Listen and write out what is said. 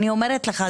אני אומרת לך,